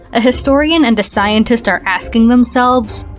a historian and a scientist are asking themselves,